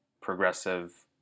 progressive